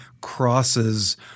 crosses